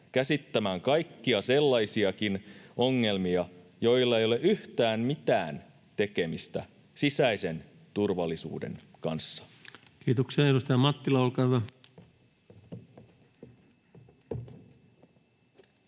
käsittämään kaikkia sellaisiakin ongelmia, joilla ei ole yhtään mitään tekemistä sisäisen turvallisuuden kanssa. [Speech 131] Speaker: